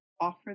offer